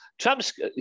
Trump's